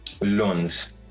loans